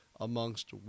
amongst